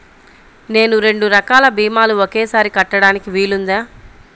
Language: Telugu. నేను రెండు రకాల భీమాలు ఒకేసారి కట్టడానికి వీలుందా?